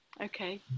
Okay